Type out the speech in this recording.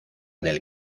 del